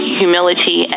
humility